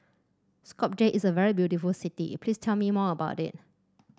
Skopje is a very beautiful city please tell me more about it